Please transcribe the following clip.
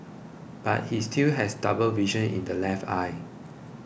but he still has double vision in the left eye